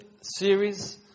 series